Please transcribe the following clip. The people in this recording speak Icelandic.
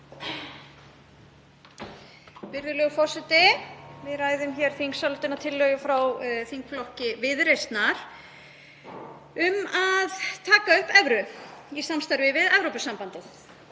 Virðulegur forseti. Við ræðum þingsályktunartillögu frá þingflokki Viðreisnar um að taka upp evru í samstarfi við Evrópusambandið.